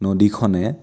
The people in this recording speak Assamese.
নদীখনে